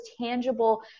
tangible